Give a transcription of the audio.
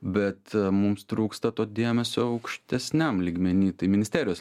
bet mums trūksta to dėmesio aukštesniam lygmeny tai ministerijos